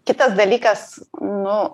kitas dalykas nu